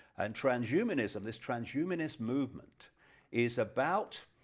and trans-humanism, this trans-humanist movement is about